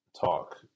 talk